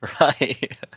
Right